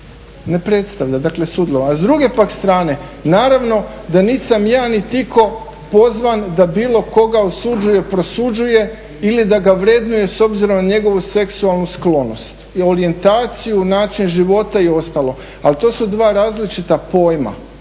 ne predstavlja. A s druge pak strane naravno da niti sam ja niti itko pozvan da bilo koga osuđuje, prosuđuje ili da ga vrednuje s obzirom na njegovu seksualnu sklonost i orijentaciju i način života i ostalo. Ali to su dva različita pojma,